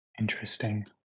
Interesting